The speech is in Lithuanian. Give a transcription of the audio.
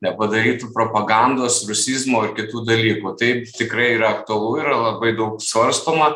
nepadarytų propagandos rusizmo ir kitų dalykų tai tikrai yra aktualu yra labai daug svarstoma